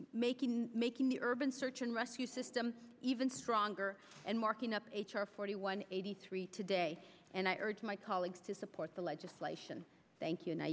making making the urban search and rescue system even stronger and marking up h r forty one eighty three today and i urge my colleagues to support the legislation thank you and i